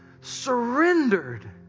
surrendered